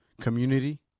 community